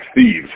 thieves